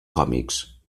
còmics